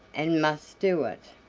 and must do it.